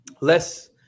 less